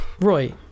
Roy